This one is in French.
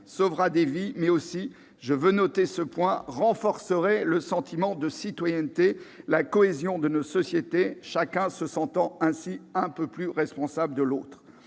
sauverait des vies, mais aussi, je veux noter ce point, renforcerait le sentiment de citoyenneté, la cohésion de nos sociétés, chacun se sentant ainsi un peu plus responsable de l'autre.